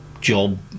job